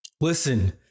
Listen